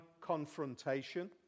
confrontation